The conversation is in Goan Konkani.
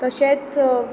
तशेंच